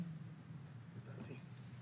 וגם לא לחזור בבקשה על דברים שכבר נאמרו.